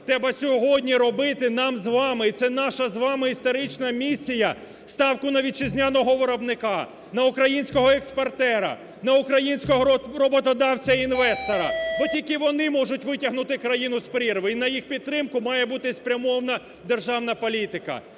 Треба сьогодні робити нам з вами, і це наша з вами історична місія, ставку на вітчизняного виробника, на українського експортера, на українського роботодавця і інвестора, бо тільки вони можуть витягнути країну з прірви, і на їх підтримку має бути спрямована державна політика.